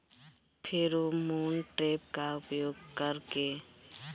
Pheromone trap का उपयोग कर के?